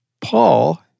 Paul